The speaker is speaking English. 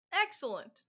Excellent